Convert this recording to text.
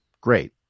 Great